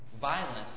Violence